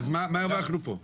אז מה אנחנו פה?